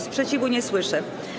Sprzeciwu nie słyszę.